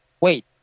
Wait